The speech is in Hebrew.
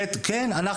כן,